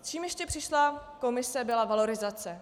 S čím ještě přišla komise, byla valorizace.